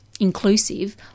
inclusive